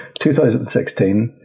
2016